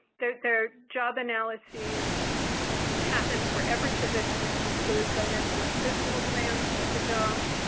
their their job analyses happen for every position and include the mental and physical demands of the job,